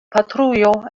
patrujo